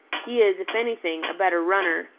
he is, if anything, a better runner,